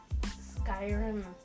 Skyrim